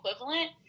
equivalent